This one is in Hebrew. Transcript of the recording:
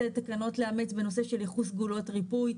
תקנות לאמץ בנושא של ייחוס סגולות ריפוי,